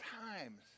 times